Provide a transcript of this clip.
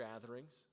gatherings